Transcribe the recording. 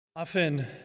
Often